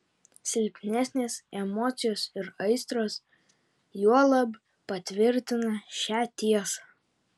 silpnesnės emocijos ir aistros juolab patvirtina šią tiesą